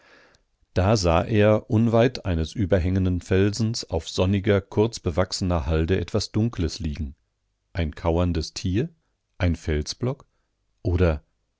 da sah er unweit eines überhängenden felsens auf sonniger kurz bewachsener halde etwas dunkles liegen ein kauerndes tier ein felsblock oder